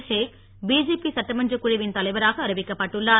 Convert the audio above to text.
hack BJP சட்டமன்றக் குழுவின் தலைவராக அறிவிக்கப்பட்டுள்ளார்